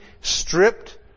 stripped